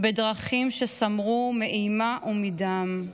בדרכים שסמרו מאימה ומדם,